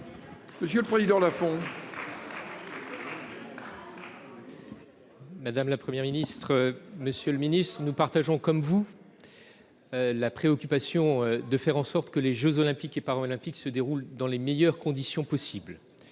pour la réplique. Madame la Première ministre, monsieur le ministre, nous partageons votre souci de faire en sorte que les jeux Olympiques et Paralympiques se déroulent dans les meilleures conditions possible.